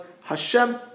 Hashem